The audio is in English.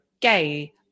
gay